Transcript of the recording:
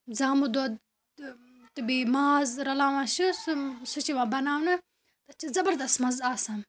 زامہٕ دۄد تہٕ بیٚیہِ ماز رَلاوان چھِس سُہ سُہ چھِ یِوان بَناونہٕ تَتھ چھِ زَبَردَس مَزٕ آسان